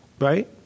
Right